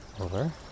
over